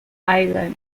ireland